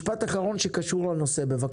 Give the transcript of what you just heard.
משפט אחרון שקשור לנושא, בבקשה.